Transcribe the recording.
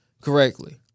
correctly